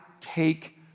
take